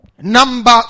Number